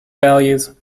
values